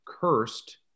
Cursed